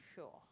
sure